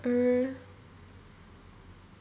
err